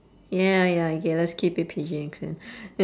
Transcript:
ya ya okay let's keep it P_G okay